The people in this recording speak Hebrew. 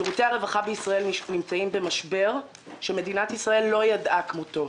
שירותי הרווחה בישראל נמצאים במשבר שמדינת ישראל לא ידעה כמותו.